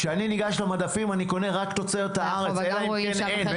כשאני ניגש למדפים אני קונה רק תוצרת הארץ אלא אם כן אין.